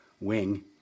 wing